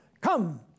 come